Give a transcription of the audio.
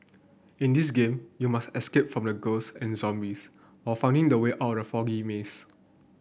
in this game you must escape from ghosts and zombies while finding the way out of the foggy maze